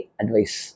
advice